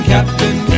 Captain